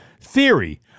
theory